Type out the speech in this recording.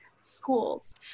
schools